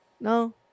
No